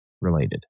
related